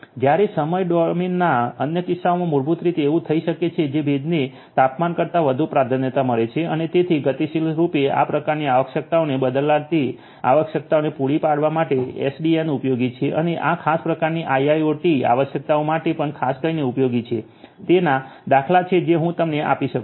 જ્યારે સમય ડોમેનના અન્ય કિસ્સાઓમાં મૂળભૂત રીતે એવું થઈ શકે છે કે ભેજને તાપમાન કરતા વધુ પ્રાધાન્યતા મળે અને તેથી ગતિશીલ રૂપે આ પ્રકારની આવશ્યકતાઓને બદલાતી આવશ્યકતાઓને પૂરા પાડવા માટે એસડીએન ઉપયોગી છે અને આ ખાસ પ્રકારની આઈ આઈ ઓ ટી આવશ્યકતાઓ માટે પણ ખાસ કરીને ઉપયોગી છે તેના દાખલાઓ છે જે હું તમને આપી શકું છું